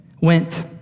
went